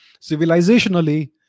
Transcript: civilizationally